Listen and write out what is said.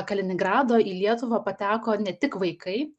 kaliningrado į lietuvą pateko ne tik vaikai